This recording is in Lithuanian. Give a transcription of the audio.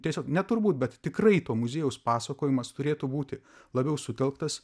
tiesiog ne turbūt bet tikrai to muziejaus pasakojimas turėtų būti labiau sutelktas